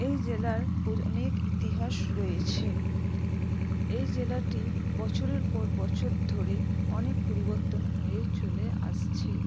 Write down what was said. এই জেলার অনেক ইতিহাস রয়েছে এই জেলাটি বছরের পর বছর ধরে অনেক পরিবর্তন হয়ে চলে আসছে